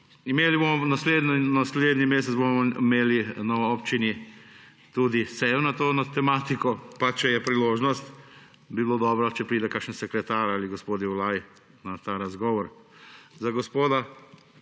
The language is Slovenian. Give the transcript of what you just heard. večja. Naslednji mesec bomo imeli na občini tudi sejo na to tematiko, pa če je priložnost, bi bilo dobro, da pride kakšen sekretar ali gospod Olaj na ta razgovor. Za ministra